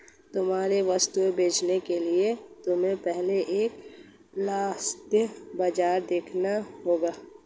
तुम्हारी वस्तुएं बेचने के लिए तुम्हें पहले एक लक्षित बाजार देखना होगा